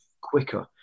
quicker